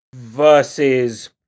versus